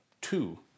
Two